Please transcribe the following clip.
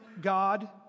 God